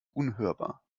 unhörbar